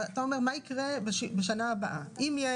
ואתה אומר מה יקרה בשנה הבאה: אם יהיה